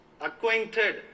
Acquainted